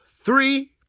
three